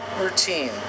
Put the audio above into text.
routine